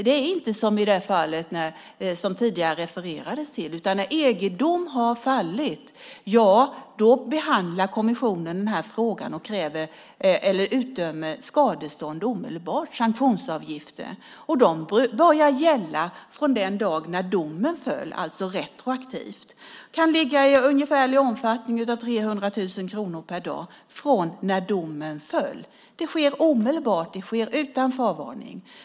Det är inte som i det fall som det tidigare refererades till, utan när EG-dom har fallit behandlar kommissionen frågan och utdömer skadestånd och sanktionsavgifter omedelbart. De börjar gälla från den dag då domen föll, alltså retroaktivt. Den ungefärliga omfattningen kan vara 300 000 kronor per dag från när domen föll. Det sker omedelbart, utan förvarning.